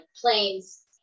planes